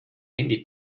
handy